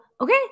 okay